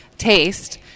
taste